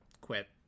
quit